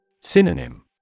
Synonym